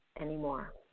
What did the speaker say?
anymore